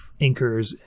inkers